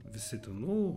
visi ten nu